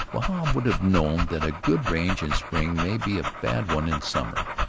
wahb would have known that a good range in spring may be a bad one in summer.